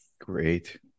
Great